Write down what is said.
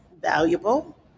valuable